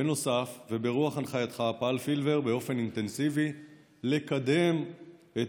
"בנוסף וברוח הנחייתך פעל פילבר באופן אינטנסיבי לקדם את